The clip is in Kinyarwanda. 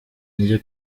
njye